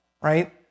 right